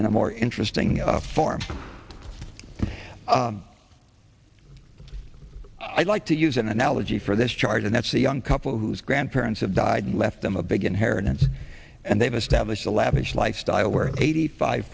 in a more interesting for me i'd like to use an analogy for this charge and that's a young couple whose grandparents have died and left them a big inheritance and they've established a lavish lifestyle where eighty five